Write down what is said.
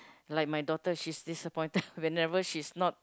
like my daughter she's disappointed whenever she's not